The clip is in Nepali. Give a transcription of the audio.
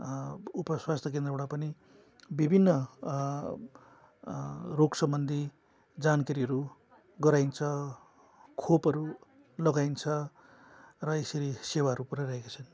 उप स्वास्थ्य केन्द्रबाट पनि विभिन्न रोग सम्बन्धी जानकारीहरू गराइन्छ खोपहरू लगाइन्छ र यसरी सेवाहरू पुर्याइरहेका छन्